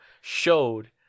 showed